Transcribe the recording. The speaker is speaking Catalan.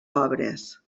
pobres